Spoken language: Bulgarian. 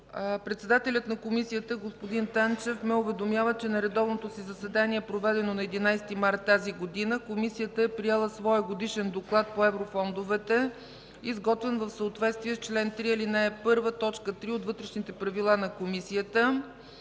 Председателят на Комисията господин Танчев ме уведомява, че на редовното си заседание, проведено на 11 март тази година, Комисията е приела своя Годишен доклад по еврофондовете, изготвен в съответствие с чл. 3, ал. 1, т. 3 от вътрешните правила на Комисията.